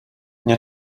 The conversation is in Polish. nie